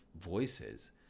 voices